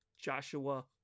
Joshua